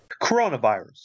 Coronavirus